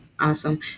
Awesome